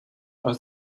was